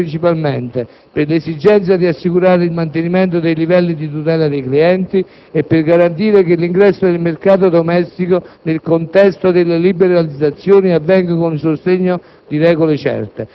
che si giustifica principalmente per l'esigenza di assicurare il mantenimento dei livelli di tutela dei clienti e per garantire che l'ingresso del mercato domestico nel contesto delle liberalizzazioni avvenga con il sostegno